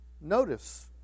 Notice